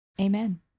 amen